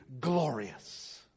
glorious